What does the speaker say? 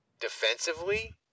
defensively